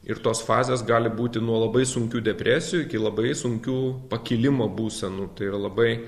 ir tos fazės gali būti nuo labai sunkių depresijų iki labai sunkių pakilimo būsenų yra labai